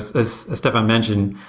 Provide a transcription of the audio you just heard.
as as stefan mentioned,